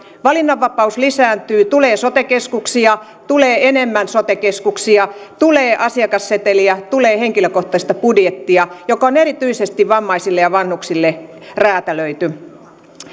valinnanvapaus lisääntyy tulee sote keskuksia tulee enemmän sote keskuksia tulee asiakasseteliä ja tulee henkilökohtaista budjettia joka on erityisesti vammaisille ja vanhuksille räätälöity